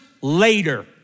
later